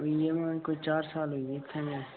होई गे महाराज कोई चार साल होई गे इत्थे मेरे